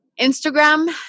Instagram